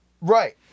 Right